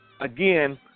again